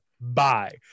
bye